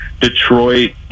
Detroit